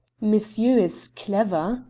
monsieur is clever,